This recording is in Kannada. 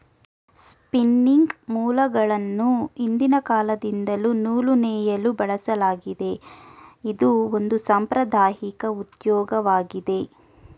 ಸ್ಪಿನಿಂಗ್ ಮೂಲ್ಗಳನ್ನು ಹಿಂದಿನ ಕಾಲದಿಂದಲ್ಲೂ ನೂಲು ನೇಯಲು ಬಳಸಲಾಗತ್ತಿದೆ, ಇದು ಒಂದು ಸಾಂಪ್ರದಾಐಕ ಉದ್ಯೋಗವಾಗಿದೆ